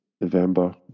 November